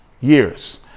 years